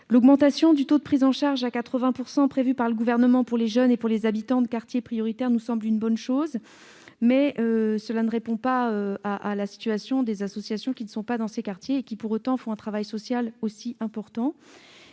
L'augmentation, à 80 %, du taux de prise en charge prévue par le Gouvernement pour les jeunes et pour les habitants de quartiers prioritaires nous semble une bonne chose, mais cela ne répond pas à la situation des associations qui ne sont pas dans ces quartiers et qui font pourtant un travail social aussi important.